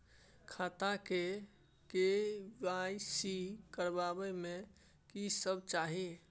खाता के के.वाई.सी करबै में की सब चाही?